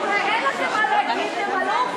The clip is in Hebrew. הרי לאף אחד לא אכפת מן הקרדיט,